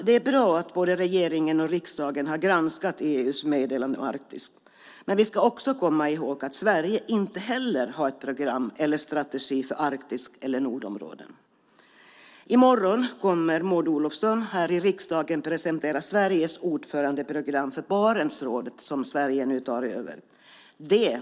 Det är bra att både regeringen och riksdagen har granskat EU:s meddelande om Arktis, men vi ska också komma ihåg att inte heller Sverige har ett program eller en strategi för Arktis eller nordområden. I morgon kommer Maud Olofsson här i riksdagen att presentera Sveriges ordförandeprogram för Barentsrådet, som Sverige nu tar över ordförandeskapet i.